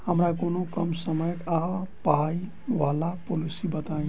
हमरा कोनो कम समय आ पाई वला पोलिसी बताई?